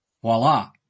Voila